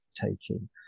taking